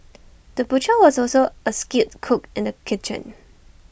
the butcher was also A skilled cook in the kitchen